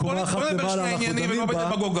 בוא נדבר שניה בצורה עניינית ולא בדמגוגיה.